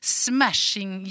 smashing